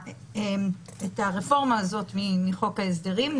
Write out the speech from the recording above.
הרפורמה הזאת מחוק ההסדרים.